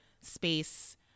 space